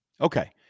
okay